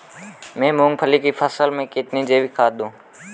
मैं मूंगफली की फसल में कितनी जैविक खाद दूं?